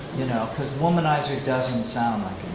you know cause womanizer doesn't sound like